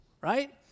right